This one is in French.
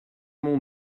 mon